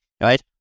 right